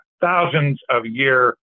thousands-of-year